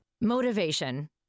Motivation